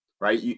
right